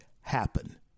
happen